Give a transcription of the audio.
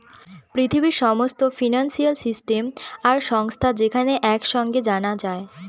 পৃথিবীর সমস্ত financial system আর সংস্থা যেখানে এক সাঙে জানা যায়